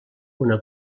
una